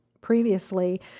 previously